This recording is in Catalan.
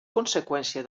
conseqüència